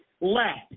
left